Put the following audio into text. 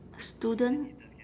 student